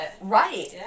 Right